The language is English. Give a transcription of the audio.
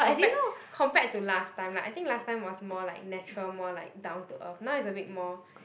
compared compared to last time lah I think last time was more like natural more like down to earth now it's a bit more